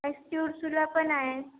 पण आहे